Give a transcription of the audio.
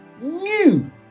new